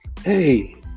hey